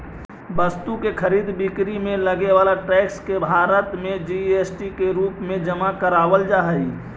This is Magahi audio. वस्तु के खरीद बिक्री में लगे वाला टैक्स के भारत में जी.एस.टी के रूप में जमा करावल जा हई